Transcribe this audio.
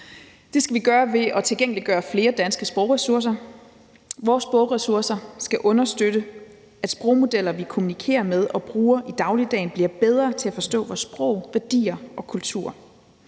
Det skal vi gøre ved at tilgængeliggøre flere danske sprogressourcer. Vores sprogressourcer skal understøtte, at sprogmodeller, vi kommunikerer med og bruger i dagligdagen, bliver bedre til at forstå vores sprog, værdier og kultur.